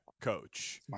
coach